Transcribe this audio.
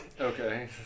Okay